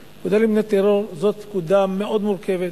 זו פקודה מאוד מורכבת